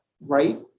Right